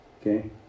Okay